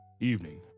Evening